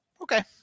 Okay